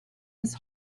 his